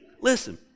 listen